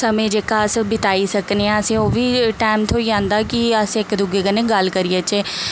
समें जेह्का अस बिताई सकने आं असें ओह् बी टैम थ्होई जंदा कि अस इक दूए कन्नै गल्ल करी जाचै